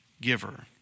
giver